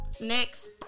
Next